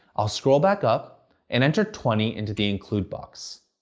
i'll scroll back up and enter twenty into the include box.